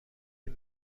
این